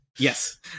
Yes